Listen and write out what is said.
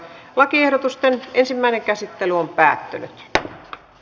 lakiehdotusten ensimmäinen käsittely päättyi